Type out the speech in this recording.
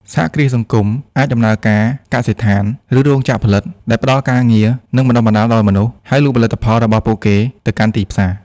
សហគ្រាសសង្គមអាចដំណើរការកសិដ្ឋាន ឬរោងចក្រផលិត ដែលផ្តល់ការងារ និងបណ្តុះបណ្តាលដល់មនុស្ស ហើយលក់ផលិតផលរបស់ពួកគេទៅកាន់ទីផ្សារ។